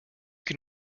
can